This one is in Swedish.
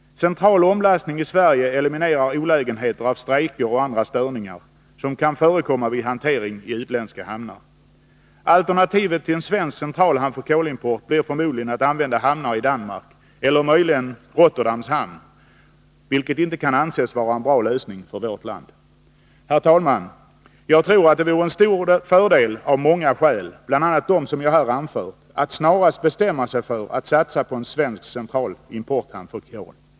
Central omlastning i Sverige eliminerar olägenheten av strejker och andra störningar som kan förekomma vid hantering i utländska hamnar. Alternativet till en svensk centralhamn för kolimport blir förmodligen att använda hamnar i Danmark eller möjligen Rotterdams hamn, vilket inte kan anses vara en bra lösning för vårt land. Herr talman! Jag tror att det vore en stor fördel av många skäl, bl.a. de jag har anfört, att snarast bestämma sig för att satsa på en svensk central importhamn för kol.